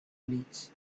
needs